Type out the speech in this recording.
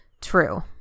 true